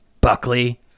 buckley